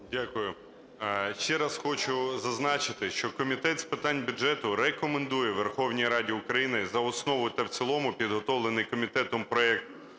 Дякую. Ще раз хочу зазначити, що Комітет з питань бюджету рекомендує Верховній Раді України за основу та в цілому підготовлений комітетом проект